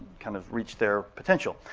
kind of reach their potential.